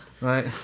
right